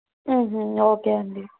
okay అండి